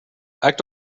act